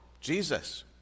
Jesus